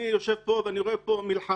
אני יושב פה ואני רואה מלחמה